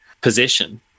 position